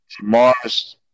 Mars